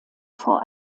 vor